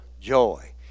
joy